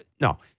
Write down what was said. No